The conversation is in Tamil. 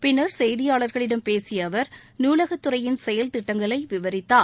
பின்னர் செய்தியாளர்களிடம் பேசிய அவர் நூலகத் துறையின் செயல் திட்டங்களை விவரித்தார்